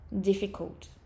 difficult